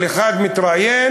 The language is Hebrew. כל אחד מתראיין,